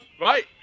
Right